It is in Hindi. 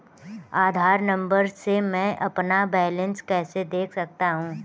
आधार नंबर से मैं अपना बैलेंस कैसे देख सकता हूँ?